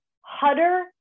hutter